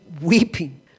weeping